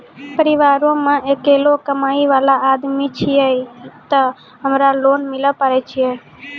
परिवारों मे अकेलो कमाई वाला आदमी छियै ते हमरा लोन मिले पारे छियै?